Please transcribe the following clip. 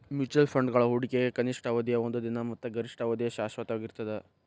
mutual ಫಂಡ್ಗಳ ಹೂಡಿಕೆಗ ಕನಿಷ್ಠ ಅವಧಿಯ ಒಂದ ದಿನ ಮತ್ತ ಗರಿಷ್ಠ ಅವಧಿಯ ಶಾಶ್ವತವಾಗಿರ್ತದ